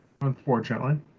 unfortunately